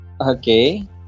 Okay